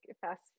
fast